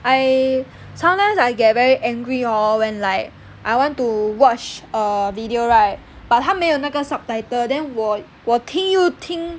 I sometimes I get very angry hor when like I want to watch err video right but 它没有那个 subtitle then 我我听又听